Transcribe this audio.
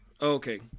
Okay